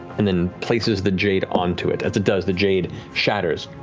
and then places the jade onto it. as it does, the jade shatters.